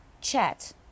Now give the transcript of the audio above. chat